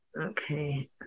Okay